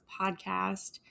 podcast